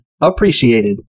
appreciated